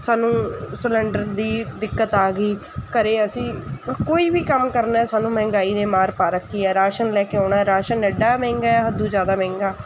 ਸਾਨੂੰ ਸਿਲੰਡਰ ਦੀ ਦਿੱਕਤ ਆ ਗਈ ਘਰ ਅਸੀਂ ਕੋਈ ਵੀ ਕੰਮ ਕਰਨਾ ਸਾਨੂੰ ਮਹਿੰਗਾਈ ਨੇ ਮਾਰ ਪਾ ਰੱਖੀ ਹੈ ਰਾਸ਼ਨ ਲੈ ਕੇ ਆਉਣਾ ਰਾਸ਼ਨ ਐਡਾ ਮਹਿੰਗਾ ਹਦੋਂ ਜ਼ਿਆਦਾ ਮਹਿੰਗਾ